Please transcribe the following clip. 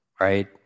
right